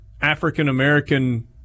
African-American